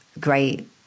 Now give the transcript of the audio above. great